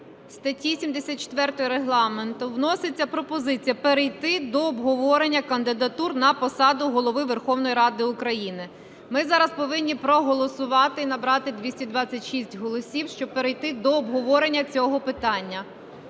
статті 74 Регламенту вноситься пропозиція перейти до обговорення кандидатур на посаду Голови Верховної Ради України. Ми зараз повинні проголосувати і набрати 226 голосів, щоб перейти до обговорення цього питання.